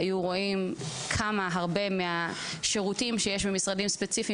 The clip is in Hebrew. היו רואים כמה הרבה מהשירותים שיש במשרדים ספציפיים